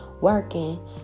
working